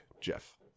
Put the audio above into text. Jeff